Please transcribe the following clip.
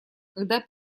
когда